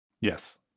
Yes